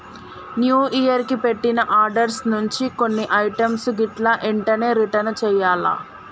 new year కి పెట్టిన orders నుంచి కొన్ని ఐటమ్స్ గిట్లా ఎంటనే రిటర్న్ చెయ్యాల్ల